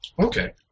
Okay